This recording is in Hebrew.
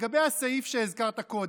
לגבי הסעיף שהזכרת קודם,